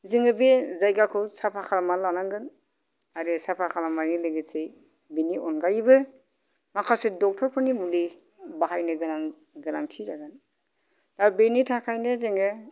जोङो बे जायगाखौ साफा खालामनानै लानांगोन आरो साफा खालामनायनि लोगोसे बिनि अनगायैबो माखासे डाक्टरफोरनि मुलि बाहायनो गोनां गोनांथि जागोन दा बेनि थाखायनो जोङो